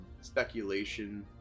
speculation